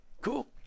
cool